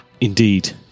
Indeed